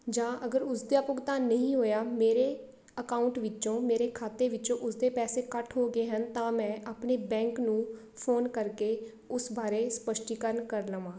ਜਾਂ ਅਗਰ ਉਸਦੇ ਆ ਭੁਗਤਾਨ ਨਹੀਂ ਹੋਇਆ ਮੇਰੇ ਅਕਾਊਂਟ ਵਿੱਚੋਂ ਮੇਰੇ ਖਾਤੇ ਵਿੱਚੋਂ ਉਸਦੇ ਪੈਸੇ ਕੱਟ ਹੋ ਗਏ ਹਨ ਤਾਂ ਮੈਂ ਆਪਣੇ ਬੈਂਕ ਨੂੰ ਫੋਨ ਕਰਕੇ ਉਸ ਬਾਰੇ ਸਪੱਸ਼ਟੀਕਰਨ ਕਰ ਲਵਾਂ